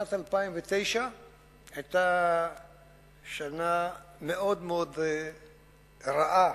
שנת 2009 היתה שנה מאוד מאוד רעה